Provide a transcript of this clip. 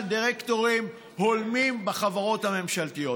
דירקטוריונים הולמים בחברות הממשלתיות.